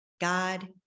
God